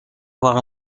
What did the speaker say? باقی